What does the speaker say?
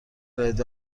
روید